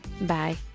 Bye